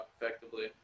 effectively